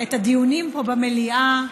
את הדיונים פה, במליאה,